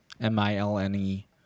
M-I-L-N-E